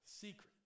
secret